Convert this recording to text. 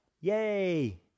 yay